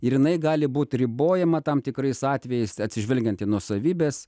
ir jinai gali būti ribojama tam tikrais atvejais atsižvelgiant į nuosavybės